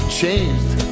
changed